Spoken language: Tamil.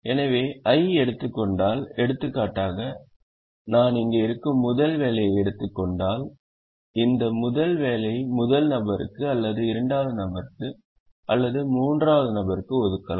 எனவே i எடுத்துக்கொண்டால் எடுத்துக்காட்டாக நாம் இங்கே இருக்கும் முதல் வேலையை எடுத்துக் கொண்டால் இந்த முதல் வேலையை முதல் நபருக்கு அல்லது இரண்டாவது நபருக்கு அல்லது மூன்றாவது நபருக்கு ஒதுக்கலாம்